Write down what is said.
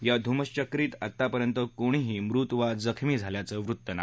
या धुमश्वक्रीत आतापर्यंत कोणीही मृत वा जखमी झाल्याचं वृत्त नाही